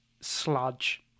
sludge